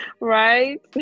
Right